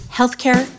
Healthcare